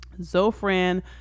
Zofran